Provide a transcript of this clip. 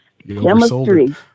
chemistry